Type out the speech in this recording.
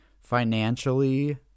Financially